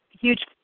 huge